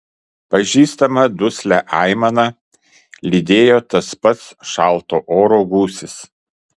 pažįstamą duslią aimaną lydėjo tas pats šalto oro gūsis